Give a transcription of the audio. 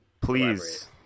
Please